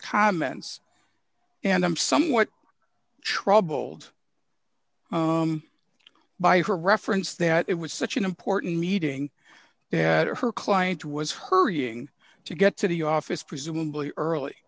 comments and i'm somewhat troubled by her reference that it was such an important meeting they had her client was hurrying to get to the office presumably early